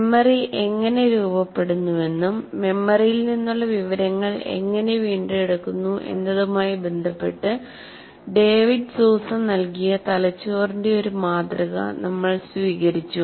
memory എങ്ങനെ രൂപപ്പെടുന്നുവെന്നും മെമ്മറിയിൽ നിന്നുള്ള വിവരങ്ങൾ എങ്ങനെ വീണ്ടെടുക്കുന്നു എന്നതുമായി ബന്ധപ്പെട്ട് ഡേവിഡ് സൂസ നൽകിയ തലച്ചോറിന്റെ ഒരു മാതൃക നമ്മൾ സ്വീകരിച്ചു